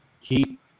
Keep